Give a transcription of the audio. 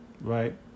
right